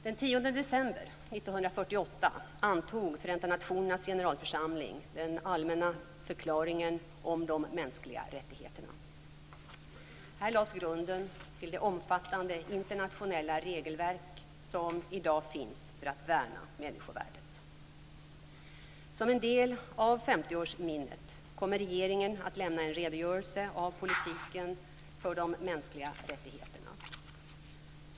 Den 10 december 1948 antog Förenta nationernas generalförsamling den allmänna förklaringen om de mänskliga rättigheterna. Här lades grunden till det omfattande internationella regelverk som i dag finns för att värna människovärdet. Som en del av 50-årsminnet kommer regeringen att lämna en redogörelse för politiken för de mänskliga rättigheterna.